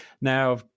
Now